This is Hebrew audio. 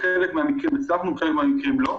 בחלק מהמקרים הצלחנו, ובחלק מהמקרים לא.